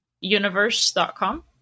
Universe.com